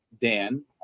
Dan